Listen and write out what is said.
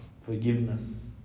Forgiveness